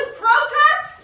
protest